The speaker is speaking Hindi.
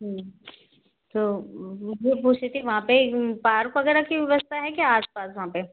पूछ रही थी वहाँ पे पार्क वगैरह कि व्यवस्था है क्या आसपास वहाँ पे